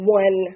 one